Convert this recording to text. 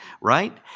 right